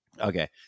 okay